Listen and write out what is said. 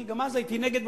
גם אז הייתי נגד.